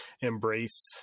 embrace